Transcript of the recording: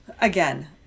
Again